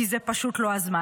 כי זה פשוט לא הזמן,